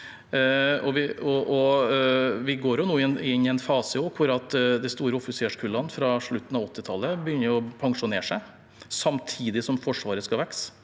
Vi går nå inn i en fase hvor de store offiserskullene fra slutten av 1980-tallet begynner å pensjonere seg, samtidig som Forsvaret skal vokse.